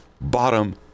bottom